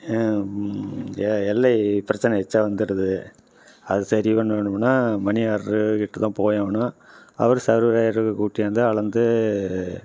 எ எல்லை பிரச்சனை எச்சா வந்துடுது அது சரி பண்ணணுன்னா மனி ஆடருக்கிட்ட தான் போய் ஆகணும் அவர் கூட்டியாந்து அளந்து